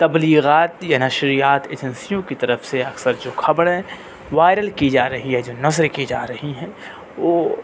تبلیغات یا نشریات ایجنسیوں کی طرف سے اکثر جو خبریں وائرل کی جا رہی ہیں یا جو نظر کی جا رہی ہیں وہ